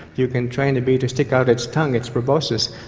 you can train a bee to stick out its tongue, its proboscis,